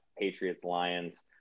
Patriots-Lions